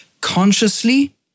Consciously